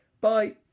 Bye